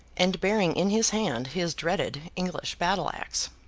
and bearing in his hand his dreaded english battle-axe.